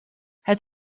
het